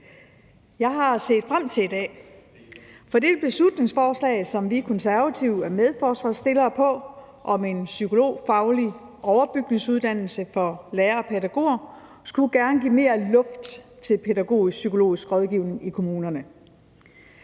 Jeg har set frem til i dag, for det beslutningsforslag, som vi Konservative er medforslagsstillere på, om en psykologfaglig overbygningsuddannelse for lærere og pædagoger skulle gerne give mere luft til Pædagogisk Psykologisk Rådgivning i kommunerne.